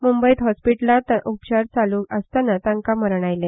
मुंबयत हाँस्पीटलांत उपचार चालू आसताना तांका मरण आयले